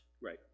Right